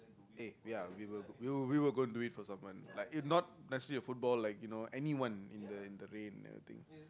eight ya we were we were going to do it for someone like if not actually a football like you know anyone in the in the rain I think